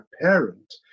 parent